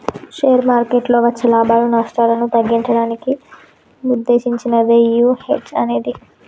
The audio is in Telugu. షేర్ మార్కెట్టులో వచ్చే లాభాలు, నష్టాలను తగ్గించడానికి వుద్దేశించినదే యీ హెడ్జ్ అనేది